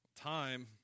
time